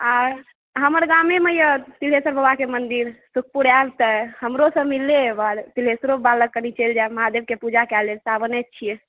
आ हमर गामेमे यऽ तिल्हेश्वर बाबाके मन्दिर सुखपुर आयब तऽ हमरोसंँ मिल लेब आर तिल्हेश्वर बाबा लग कनि चलि जायब महादेवके पूजा कै लेब साओने छियै